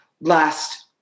last